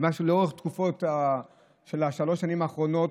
ולאורך התקופה של שלוש השנים האחרונות,